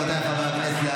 רבותיי חברי הכנסת,